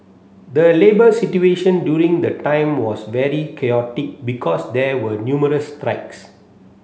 the labour situation during the time was very chaotic because there were numerous strikes